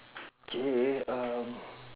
K um